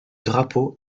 drapeau